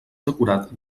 decorat